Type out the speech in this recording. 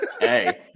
Hey